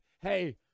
hey